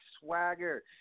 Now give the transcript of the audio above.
swagger